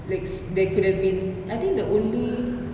likes there could have been I think the only